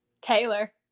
taylor